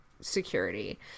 security